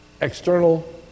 external